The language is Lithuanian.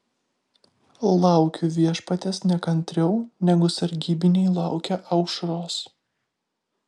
laukiu viešpaties nekantriau negu sargybiniai laukia aušros